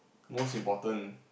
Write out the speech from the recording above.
most important